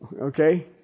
Okay